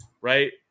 right